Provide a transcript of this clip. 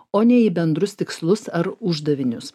o ne į bendrus tikslus ar uždavinius